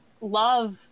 love